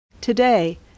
Today